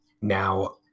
Now